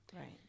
Right